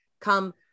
come